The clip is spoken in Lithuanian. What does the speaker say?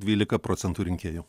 dvylika procentų rinkėjų